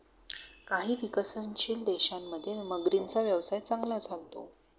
काही विकसनशील देशांमध्ये मगरींचा व्यवसाय चांगला चालतो